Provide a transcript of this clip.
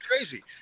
crazy